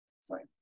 sorry